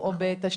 בוקר טוב לכולם,